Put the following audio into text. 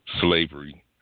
slavery